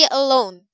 alone